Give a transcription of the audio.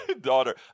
daughter